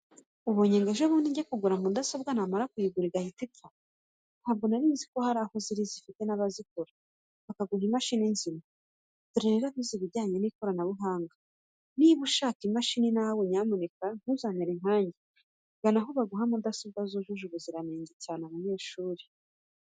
Ubonye ngo ejobundi njye kugura mudasobwa namara kuyigura igahita ipfa, ntabwo narinzi ko hari aho ziri zifite n'abazikora bakaguha imashini nzima, dore rero abize ibijyanye n'ikoranabuhanga, niba ushaka mashini nawe nyamuneka ntuzamere nkanjye, gana aho baguha mudasobwa yujuje ubuziranenge cyane abanyeshuri.